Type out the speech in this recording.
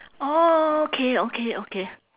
orh okay okay okay